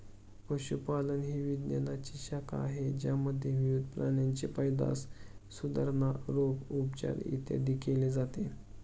पशुपालन ही विज्ञानाची शाखा आहे ज्यामध्ये विविध प्राण्यांची पैदास, सुधारणा, रोग, उपचार, इत्यादी केले जाते